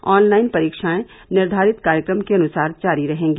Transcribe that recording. online परीक्षाएं निर्धारित कार्यक्रम के अनुसार जारी रहेंगी